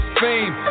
fame